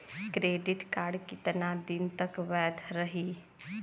Credit card कितना दिन तक वैध रही?